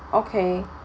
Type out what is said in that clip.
okay